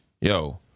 yo